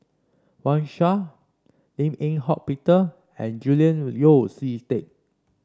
Wang Sha Lim Eng Hock Peter and Julian Yeo See Teck